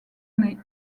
nées